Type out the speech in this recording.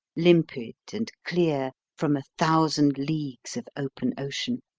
limpid and clear from a thousand leagues of open ocean